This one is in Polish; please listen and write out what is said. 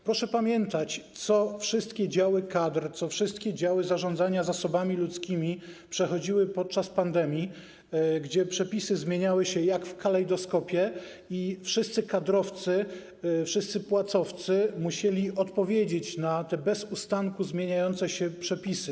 Proszę pamiętać, co wszystkie działy kadr, co wszystkie działy zarządzania zasobami ludzkimi przechodziły podczas pandemii, kiedy przepisy zmieniały się jak w kalejdoskopie i wszyscy kadrowcy, wszyscy płacowcy musieli odpowiadać na te bez ustanku zmieniające się przepisy.